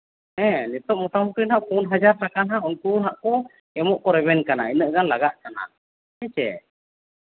ᱱᱤᱛᱚᱜ ᱢᱳᱴᱟᱢᱩᱴᱤ ᱯᱩᱱ ᱦᱟᱡᱟᱨ ᱴᱟᱠᱟ ᱦᱟᱸᱜ ᱩᱱᱠᱩ ᱦᱟᱸᱜ ᱠᱚ ᱮᱢᱚᱜ ᱠᱚ ᱨᱮᱵᱮᱱ ᱠᱟᱱᱟ ᱤᱱᱟᱹᱜ ᱜᱟᱱ ᱞᱟᱜᱟᱜ ᱠᱟᱱᱟ ᱦᱮᱸ ᱪᱮ